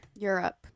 Europe